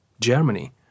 Germany